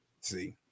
See